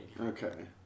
Okay